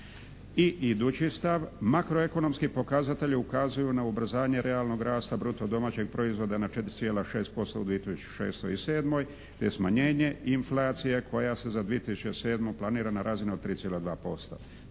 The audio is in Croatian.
I idući stav, makroekonomski pokazatelji ukazuju na ubrzanje realnog rasta bruto domaćeg proizvoda na 4,6% u 2006. i 2007. te smanjenje inflacije koja se za 2007. planira na razini od 3,2%.